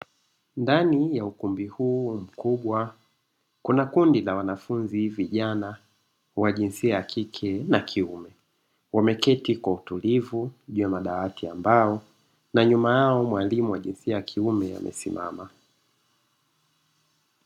Ndani ya ukumbi huu mkubwa, kuna kundi la wanafunzi vijana wa jinsia ya kike na kiume, wameketi kwa utulivu juu ya madawati ya mbao na nyuma yao mwalimu wa jinsia ya kiume amesimama.